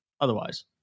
otherwise